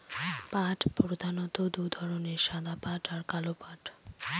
পাট প্রধানত দু ধরনের সাদা পাট আর কালো পাট